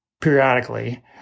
periodically